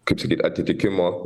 kaip sakyt atitikimo